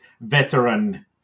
veteran